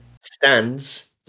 Stands